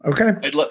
okay